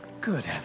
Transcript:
Good